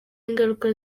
ingaruka